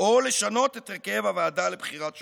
או לשנות את הרכב הוועדה לבחירת שופטים.